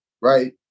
right